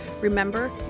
remember